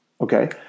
Okay